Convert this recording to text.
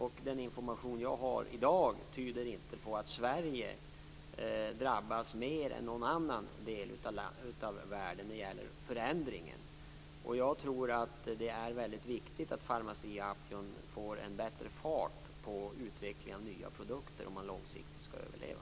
Den information som jag har i dag tyder inte på att Sverige drabbas mer än någon annan del av världen när det gäller denna förändring. Jag tror att det är väldigt viktigt att Pharmacia & Upjohn får en bättre fart på utvecklingen av nya produkter om man långsiktigt skall överleva.